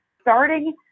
starting